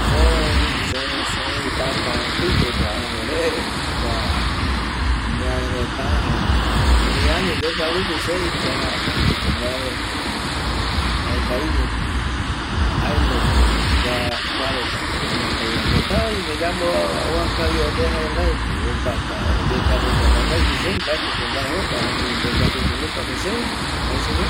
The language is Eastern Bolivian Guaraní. Sei sei sei täta a etei ko jokua apo re, jokua ñae reta jaema erei ani depiatiti sei ngara mbaeti ko mbae jaekaviño ko jaeño ko kua kuareta ko iñataia pota oime yambo vava vava kavia oa kavia yae jaemai ko opata oyeka yeka yandegui sei mbaeti ko mbae jokua, ani depiatiti jokua re sei jaesupe